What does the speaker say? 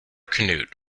knut